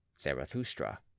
zarathustra